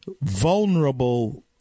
vulnerable